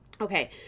Okay